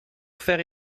faire